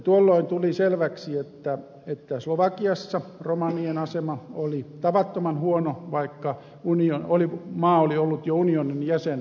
tuolloin tuli selväksi että slovakiassa romanien asema oli tavattoman huono vaikka maa oli ollut unionin jäsen jo jonkin aikaa